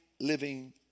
living